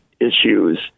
issues